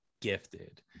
gifted